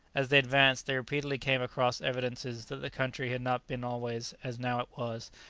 as they advanced, they repeatedly came across evidences that the country had not been always, as now it was,